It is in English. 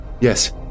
Yes